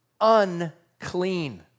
unclean